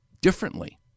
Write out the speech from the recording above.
differently